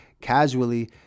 casually